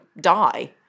die